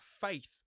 faith